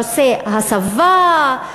עושה הסבה,